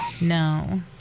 No